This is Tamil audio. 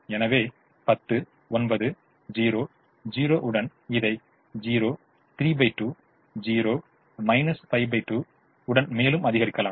எனவே 10 9 0 0 உடன் இதை 0 3 20 5 2 உடன் மேலும் அதிகரிக்கலாம்